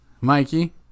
Mikey